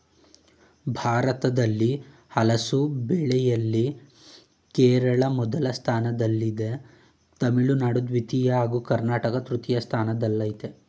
ಭಾರತದಲ್ಲಿ ಹಲಸು ಬೆಳೆಯಲ್ಲಿ ಕೇರಳ ಮೊದಲ ಸ್ಥಾನದಲ್ಲಿದ್ದರೆ ತಮಿಳುನಾಡು ದ್ವಿತೀಯ ಹಾಗೂ ಕರ್ನಾಟಕ ತೃತೀಯ ಸ್ಥಾನದಲ್ಲಯ್ತೆ